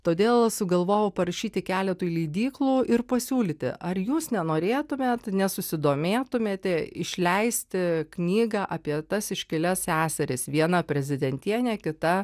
todėl sugalvojau parašyti keletui leidyklų ir pasiūlyti ar jūs nenorėtumėt nesusidomėtumėte išleisti knygą apie tas iškilias seseris viena prezidentienė kita